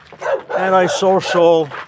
Antisocial